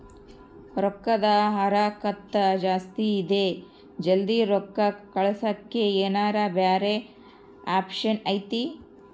ರೊಕ್ಕದ ಹರಕತ್ತ ಜಾಸ್ತಿ ಇದೆ ಜಲ್ದಿ ರೊಕ್ಕ ಕಳಸಕ್ಕೆ ಏನಾರ ಬ್ಯಾರೆ ಆಪ್ಷನ್ ಐತಿ?